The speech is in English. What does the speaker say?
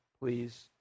Please